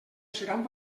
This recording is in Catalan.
seran